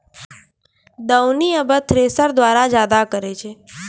दौनी आबे थ्रेसर द्वारा जादा करै छै